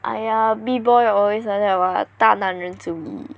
!aiya! B boy are always like that [what] 大男人主义